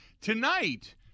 Tonight